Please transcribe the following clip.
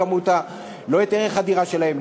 לא את ערך הדירה שלהם,